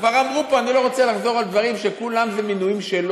את מבקר המדינה.